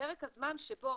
פרק הזמן שבו